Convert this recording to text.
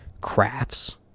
crafts